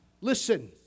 listen